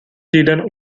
týden